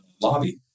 lobby